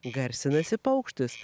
garsinasi paukštis